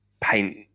paint